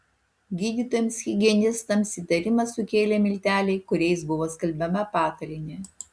gydytojams higienistams įtarimą sukėlė milteliai kuriais buvo skalbiama patalynė